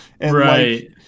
Right